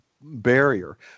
barrier